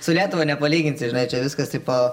su lietuva nepalyginsi žinai čia viskas taip po